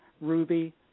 Ruby